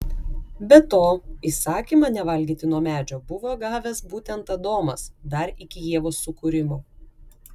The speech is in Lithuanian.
be to įsakymą nevalgyti nuo medžio buvo gavęs būtent adomas dar iki ievos sukūrimo